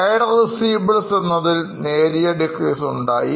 Trade receivables എന്നതിൽ നേരിയ decrease ഉണ്ടായി